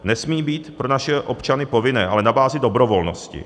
Nesmí být pro naše občany povinné, ale na bázi dobrovolnosti.